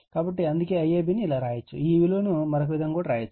కాబట్టి అందుకే IAB ను ఇలా రాయవచ్చు ఈ విలువ ను మరొక విధంగా కూడా చేయవచ్చు